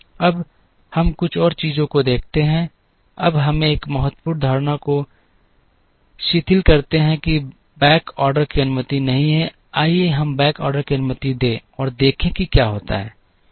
अब हम कुछ और चीजों को देखते हैं अब हमें एक महत्वपूर्ण धारणा को शिथिल करते हैं कि बैक ऑर्डर की अनुमति नहीं है आइए हम बैक ऑर्डर की अनुमति दें और देखें कि क्या होता है